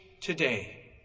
today